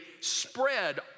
spread